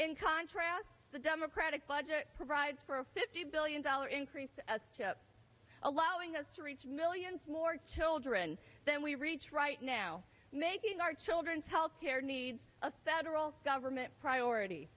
in contrast the democratic budget provides for a fifty billion dollar increase as allowing us to reach millions more children than we reach right now making our children's healthcare needs a federal government priority